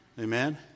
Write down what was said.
Amen